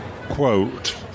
quote